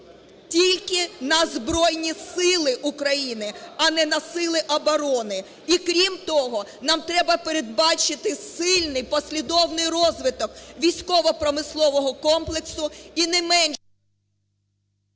тільки на Збройні Сили України, а не на сили оборони. І, крім того, нам треба передбачити сильний, послідовний розвиток військово-промислового комплексу і не менше…